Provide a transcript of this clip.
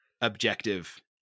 objective